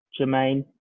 Jermaine